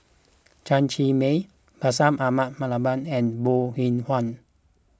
Chen Cheng Mei Bashir Ahmad Mallal and Bong Hiong Hwa